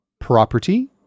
property